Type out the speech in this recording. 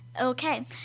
Okay